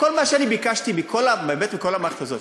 כל מה שאני ביקשתי מכל, באמת מכל המערכת הזאת: